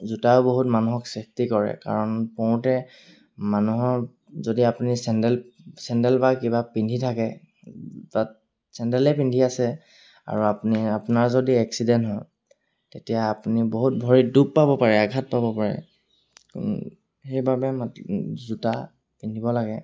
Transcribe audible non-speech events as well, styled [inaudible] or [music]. জোতাও বহুত মানুহক ছেফটি কৰে কাৰণ পৰোঁতে মানুহৰ যদি আপুনি চেণ্ডেল চেণ্ডেল বা কিবা পিন্ধি থাকে তাত চেণ্ডেলেই পিন্ধি আছে আৰু আপুনি আপোনাৰ যদি এক্সিডেণ্ট হয় তেতিয়া আপুনি বহুত ভৰিত ডুপ পাব পাৰে আঘাত পাব পাৰে সেইবাবে [unintelligible] জোতা পিন্ধিব লাগে